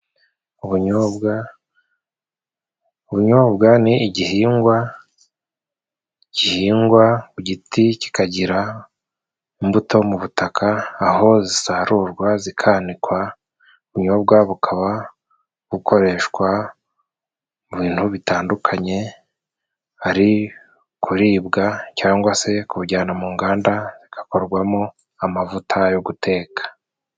Ubunyobwa ubunyobwa ni igihingwa gihingwa ku giti kikagira imbuto mu butaka aho zisarurwa ,zikanikwa, ubunyobwa bukaba bukoreshwa mu bintu bitandukanye hari kuribwa cyangwa se kubujyana mu nganda, hagakorwamo amavuta yo guteka.